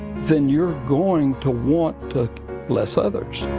then you're going to want to bless others.